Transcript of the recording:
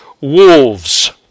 wolves